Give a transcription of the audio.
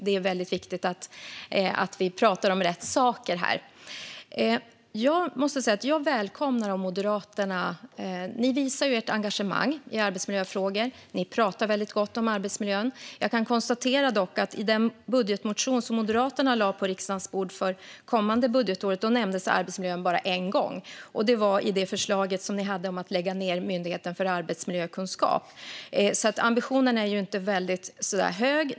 Det är väldigt viktigt att vi talar om rätt saker här. Ni i Moderaterna visar ert engagemang i arbetsmiljöfrågor, och ni talar väldigt gott om arbetsmiljön. Jag kan dock konstatera att arbetsmiljön bara nämndes en gång i den budgetmotion för kommande budgetår som Moderaterna lade på riksdagens bord, och det var i det förslag som ni hade om att lägga ned Myndigheten för arbetsmiljökunskap. Ambitionen är alltså inte så väldigt hög.